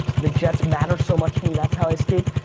the jets matter so much to me that's how i escape.